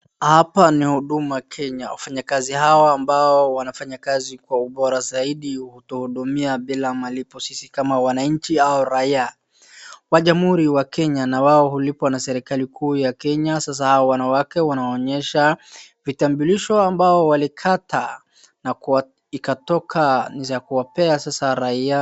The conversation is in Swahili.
Hapa ni huduma kenya , wafanyakazi hawa ambao wanafanya kazi kwa ubora zaidi kutuhudumia bila malipo sisi kama wananchi au raia wa jamhuri wa kenya na wao hulipwa na serikali kuu ya kenya. Sasa hao wanawake wanawaonyesha vitambulisho ambao walikata na ikatoka za kuwapea sasa raia.